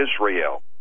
Israel